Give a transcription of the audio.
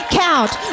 count